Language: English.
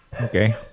Okay